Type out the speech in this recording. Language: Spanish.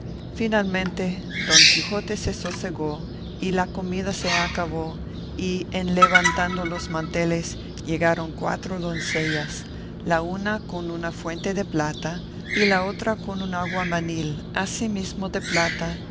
finalmente don quijote se sosegó y la comida se acabó y en levantando los manteles llegaron cuatro doncellas la una con una fuente de plata y la otra con un aguamanil asimismo de plata